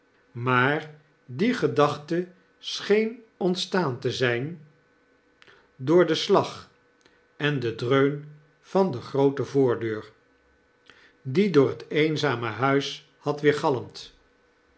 maar die gedachte scheen ontstaan te zgn door den slag en den dreun van de groote voordeur die door het eenzame huis had